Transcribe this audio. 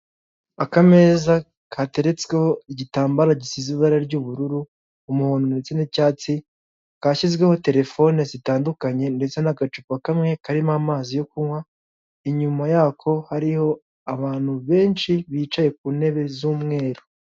Akameza kateretsweho igitambaro gisize ibara ry'ubururu, umuhondo ndetse n'icyatsi, kashyizweho terefone zitandukanye ndetse n'agacupa kamwe karimo amazi yo kunywa, inyuma yako hariho abantu benshi bicaye ku ntebe z'umweru.